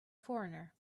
foreigner